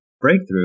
breakthrough